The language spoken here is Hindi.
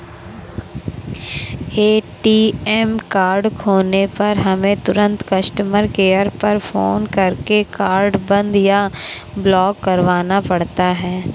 ए.टी.एम कार्ड खोने पर हमें तुरंत कस्टमर केयर पर फ़ोन करके कार्ड बंद या ब्लॉक करवाना पड़ता है